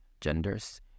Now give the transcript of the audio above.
genders